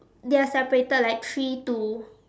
they are separated like three two